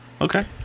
okay